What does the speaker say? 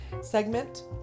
segment